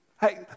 Hey